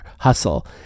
hustle